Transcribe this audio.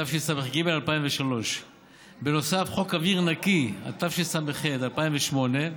התשס"ג 2003. בנוסף, חוק אוויר נקי, התשס"ח 2008,